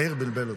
מאיר בלבל אותי.